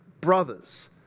brothers